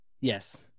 Yes